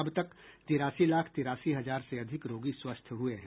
अब तक तिरासी लाख तिरासी हजार से अधिक रोगी स्वस्थ हुए हैं